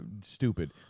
stupid